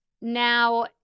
now